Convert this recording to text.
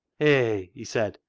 hay! he said,